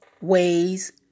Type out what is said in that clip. ways